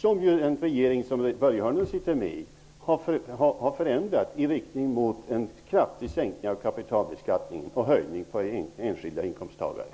Den regering som Börje Hörnlund sitter med i har förändrat den i riktning mot en kraftig sänkning av kapitalbeskattningen och en skattehöjning för enskilda inkomsttagare.